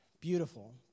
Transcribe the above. beautiful